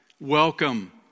Welcome